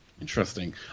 Interesting